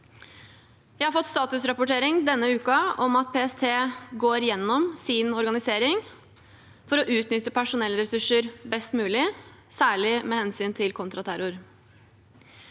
Jeg har fått statusrapportering denne uken om at PST går gjennom sin organisering for å utnytte personellressurser best mulig, særlig med hensyn til kontraterror.